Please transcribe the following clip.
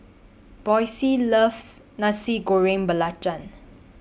Boysie loves Nasi Goreng Belacan